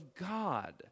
God